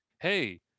Hey